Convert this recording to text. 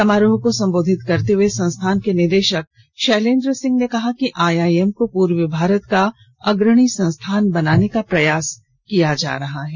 समारोह को संबोधित करते हुए संस्थान के निदेशक शैलेंद्र सिंह ने कहा कि आई आई एम को पूर्वी भारत का अग्रणी संस्थान बनाने का प्रयास किया जा रहा है